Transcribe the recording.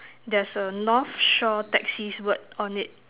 there's a North Shore taxis word on it